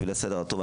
בשביל הסדר הטוב,